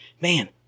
man